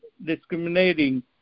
discriminating